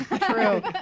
True